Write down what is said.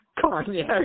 Cognac